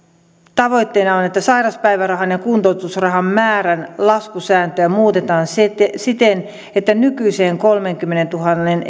tavoitteena on on että sairauspäivärahan ja kuntoutusrahan määrän laskusääntöä muutetaan siten että nykyiseen kolmenkymmenentuhannen